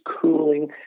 cooling